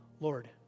Lord